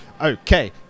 Okay